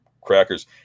crackers